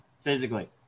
physically